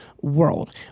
world